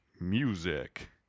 music